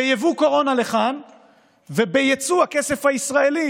ביבוא קורונה לכאן וביצוא הכסף הישראלי